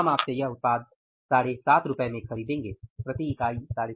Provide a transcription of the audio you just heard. हम आपसे यह उत्पाद 75 रु में खरीदेंगे